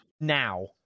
now